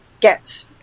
get